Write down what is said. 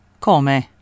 come